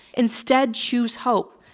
instead, choose hope,